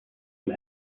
and